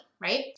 right